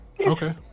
okay